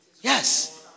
Yes